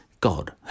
God